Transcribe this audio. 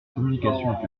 communication